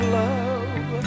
love